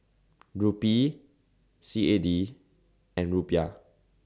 Rupee C A D and Rupiah